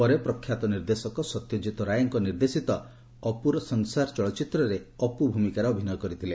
ପରେ ପ୍ରଖ୍ୟାତ ନିର୍ଦ୍ଦେଶକ ସତ୍ୟଜିତ ରାୟଙ୍କ ନିର୍ଦ୍ଦେଶିତ 'ଆପୁର୍ ସଂସାର' ଚଳଚ୍ଚିତ୍ରରେ ଆପୁ ଭୂମିକାରେ ଅଭିନୟ କରିଥିଲେ